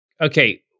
Okay